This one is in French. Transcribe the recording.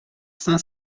saint